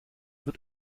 wird